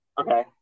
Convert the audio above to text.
Okay